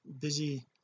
busy